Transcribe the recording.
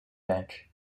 bank